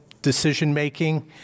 Decision-making